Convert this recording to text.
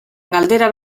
galdera